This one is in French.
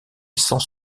sans